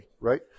right